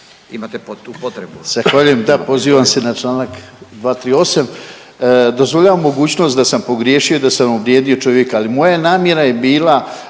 imate tu potrebu.